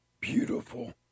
beautiful